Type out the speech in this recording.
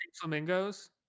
Flamingos